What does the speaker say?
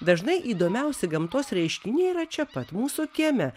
dažnai įdomiausi gamtos reiškiniai yra čia pat mūsų kieme